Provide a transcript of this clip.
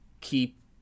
keep